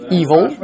evil